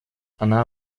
она